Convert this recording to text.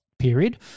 period